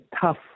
tough